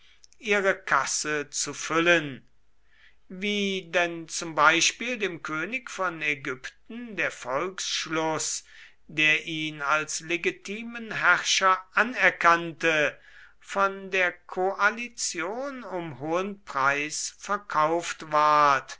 ihre kasse zu füllen wie denn zum beispiel dem könig von ägypten der volksschluß der ihn als legitimen herrscher anerkannte von der koalition um hohen preis verkauft ward